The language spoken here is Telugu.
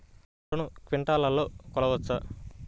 పంటను క్వింటాల్లలో కొలవచ్చా?